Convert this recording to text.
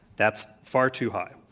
that's far too high.